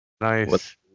Nice